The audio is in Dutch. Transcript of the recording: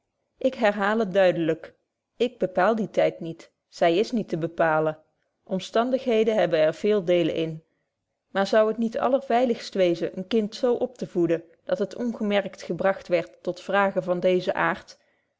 ik herhaal het duidelyk ik bepaal dien tyd niet zy is niet te bepalen omstandigheden hebben er te veel deel in maar zou het niet allerveiligst wezen een kind zo op te voeden dat het ongemerkt gebragt wierd tot vragen van deezen aart